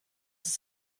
ist